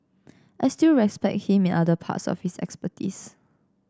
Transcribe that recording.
I still respect him in other parts of his expertise